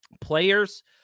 players